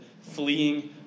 fleeing